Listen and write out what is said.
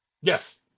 Yes